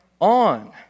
on